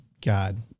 god